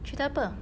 cerita apa